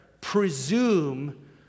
presume